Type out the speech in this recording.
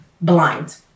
blind